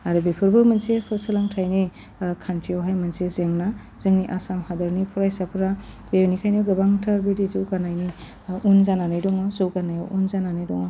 आरो बेफोरबो मोनसे सोलोंथाइनि ओह खान्थियावहाय मोनसे जेंना जोंनि आसाम हादोरनि फरायसाफ्रा बेनिखायनो गोबांथार बिदि जौगानायनि उन जानानै दंमोन जौगानायाव उन जानानै दङ